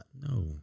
No